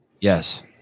Yes